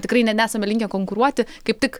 tikrai ne nesame linkę konkuruoti kaip tik